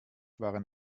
waren